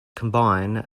combine